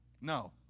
No